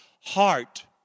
Heart